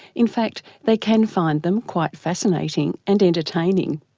in fact they can find them quite fascinating and entertaining,